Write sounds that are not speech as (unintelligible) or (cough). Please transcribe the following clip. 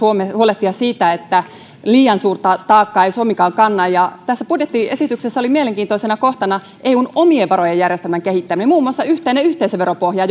huolehtia siitä että liian suurta taakkaa ei suomikaan kanna ja tässä budjettiesityksessä oli mielenkiintoisena kohtana eun omien varojen järjestelmän kehittäminen muun muassa yhteinen yhteisöveropohja (unintelligible)